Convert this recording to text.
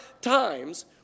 times